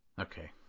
Okay